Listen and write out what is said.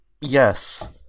yes